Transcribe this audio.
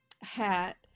hat